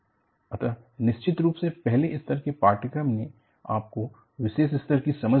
अतः निश्चित रूप से पहले स्तर के पाठ्यक्रम ने आपको विशेष स्तर की समझ दी है